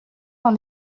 dans